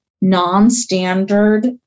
non-standard